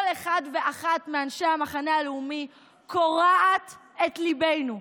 אחד ואחת מאנשי המחנה הלאומי קורעת את ליבנו.